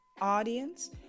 audience